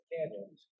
Canyons